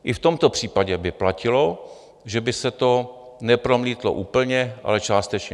I v tomto případě by platilo, že by se to nepromítlo úplně, ale částečně.